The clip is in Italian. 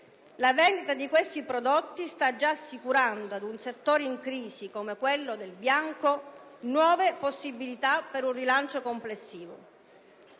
La vendita di questi prodotti sta già assicurando, ad un settore in crisi come quello del bianco, nuove possibilità per un rilancio complessivo.